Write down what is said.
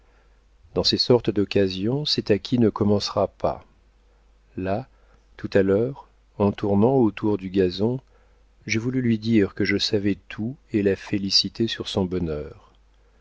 dans ces sortes d'occasions c'est à qui ne commencera pas là tout à l'heure en tournant autour du gazon j'ai voulu lui dire que je savais tout et la féliciter sur son bonheur